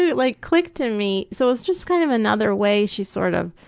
it it like clicked in me, so it was just kind of another way she sort of